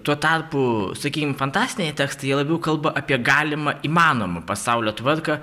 tuo tarpu sakykim fantastiniai tekstai jie labiau kalba apie galimą įmanomą pasaulio tvarką